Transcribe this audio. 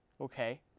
Okay